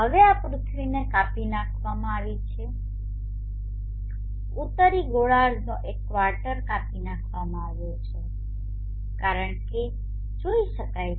હવે આ પૃથ્વીને કાપી નાખવામાં આવી છે ઉત્તરી ગોળાર્ધનો એક ક્વાર્ટર કાપી નાખવામાં આવ્યો છે કારણ કે જોઇ શકાય છે